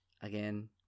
Again